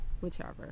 whichever